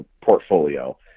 portfolio